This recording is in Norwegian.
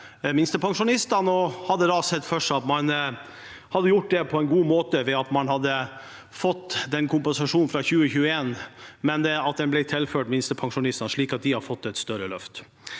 man hadde sett for seg at man hadde gjort det på en god måte ved at man hadde fått den kompensasjonen fra 2021, men at den ble tilført minstepensjonistene, slik at de hadde fått et større løft.